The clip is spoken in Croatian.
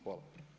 Hvala.